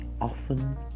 often